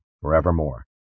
forevermore